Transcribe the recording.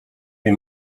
wie